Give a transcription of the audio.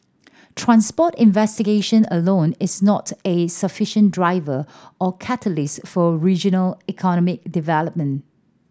transport investigation alone is not a sufficient driver or catalyst for regional economic development